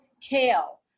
kale